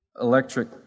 electric